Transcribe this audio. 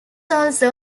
also